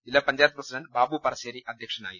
ജില്ലാ പഞ്ചായത്ത് പ്രസിഡന്റ് ബാബു പറശ്ശേരി അധ്യക്ഷനായിരുന്നു